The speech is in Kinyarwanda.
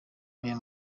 aya